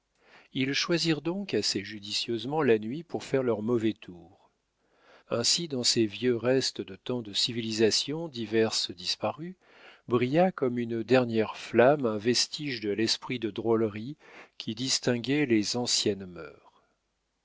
ils choisirent donc assez judicieusement la nuit pour faire leurs mauvais tours ainsi dans ces vieux restes de tant de civilisations diverses disparues brilla comme une dernière flamme un vestige de l'esprit de drôlerie qui distinguait les anciennes